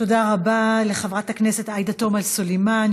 תודה רבה לחברת הכנסת עאידה תומא סלימאן,